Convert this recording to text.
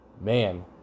man